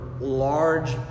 large